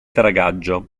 dragaggio